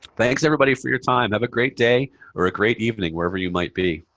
thanks, everybody, for your time. have a great day or a great evening, wherever you might be.